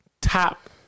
top